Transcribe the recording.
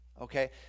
okay